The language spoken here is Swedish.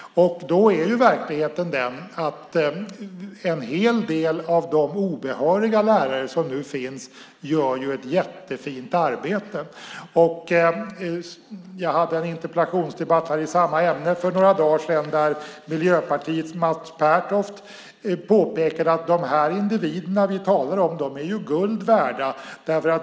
Verkligheten är den att en hel del av de obehöriga lärare som nu finns gör ett jättefint arbete. Jag hade en interpellationsdebatt i samma ämne för några dagar sedan där Miljöpartiets Mats Pertoft påpekade att de individer vi talar om är guld värda.